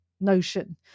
notion